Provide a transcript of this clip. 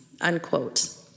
unquote